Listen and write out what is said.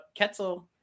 ketzel